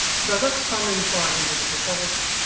so that's some insight into the pathology.